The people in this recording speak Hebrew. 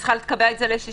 צריכה לקבע את זה לתקופה,